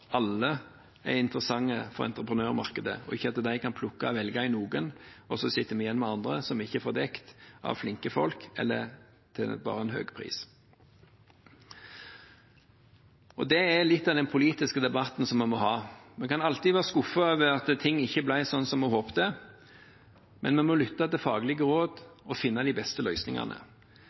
alle er interessante for entreprenørmarkedet, at ikke de kan plukke og velge i noen, og så sitter vi igjen med andre som vi ikke får dekket av flinke folk, eller bare til en høy pris. Det er litt av den politiske debatten som vi må ha. Vi kan alltid være skuffet over at ting ikke ble sånn som vi håpet, men vi må lytte til faglige råd og finne de beste løsningene.